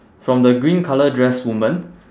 from the green colour dress woman